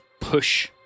push